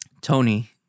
Tony